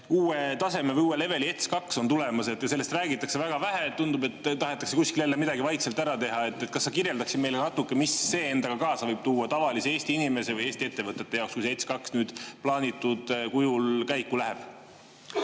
uue taseme või uuelevel'i. ETS2 on tulemas ja sellest räägitakse väga vähe. Tundub, et tahetakse kuskil jälle midagi vaikselt ära teha. Kas sa kirjeldaksid meile natuke, mida see võib endaga kaasa tuua tavalise Eesti inimese või Eesti ettevõtete jaoks, kui see ETS2 nüüd plaanitud kujul käiku läheb?